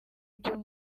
ibyo